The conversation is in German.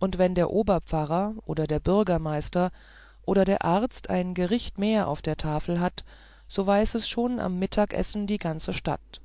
und wenn der oberpfarrer oder der bürgermeister oder der arzt ein gericht mehr auf der tafel hat so weiß es schon am mittagessen die ganze stadt